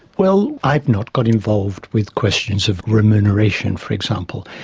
well i've not got involved with questions of remuneration for example,